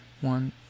one